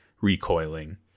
recoiling